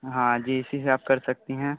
हाँ जी इसी से आप कर सकती हैं